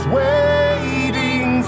waiting